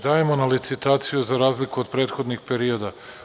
Dajemo na licitaciju za razliku od prethodnih perioda.